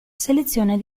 selezione